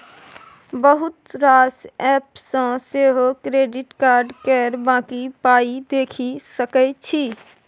बहुत रास एप्प सँ सेहो क्रेडिट कार्ड केर बाँकी पाइ देखि सकै छी